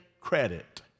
credit